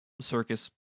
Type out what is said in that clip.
circus